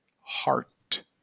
heart